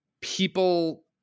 people